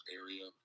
area